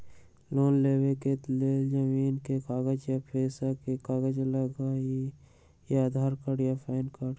Loan लेवेके लेल जमीन के कागज या पेशा के कागज लगहई या आधार कार्ड या पेन कार्ड?